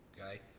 Okay